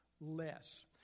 less